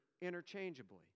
interchangeably